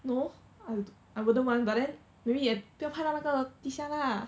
no I I wouldn't want but then maybe 也不要拍到那个地下 lah